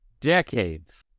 decades